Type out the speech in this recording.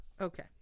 okay